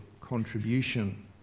contribution